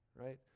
right